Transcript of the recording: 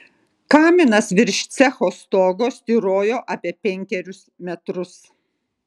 kaminas virš cecho stogo styrojo apie penkerius metrus